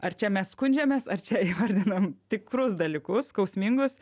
ar čia mes skundžiamės ar čia įvardinam tikrus dalykus skausmingus